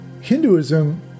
Hinduism